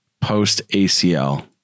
post-ACL